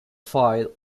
file